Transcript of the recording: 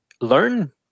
learn